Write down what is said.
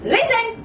Listen